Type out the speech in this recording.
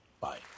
Bye